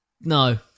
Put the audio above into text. No